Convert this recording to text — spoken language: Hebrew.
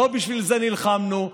לא בשביל זה נלחמנו,